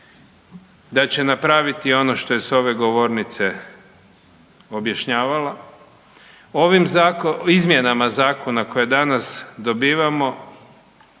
da će napraviti ono što je s ove govornice objašnjavala. Ovim izmjenama zakona koje danas dobivamo